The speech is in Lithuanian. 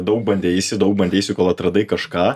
daug bandeisi daug bandeisi kol atradai kažką